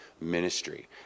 Ministry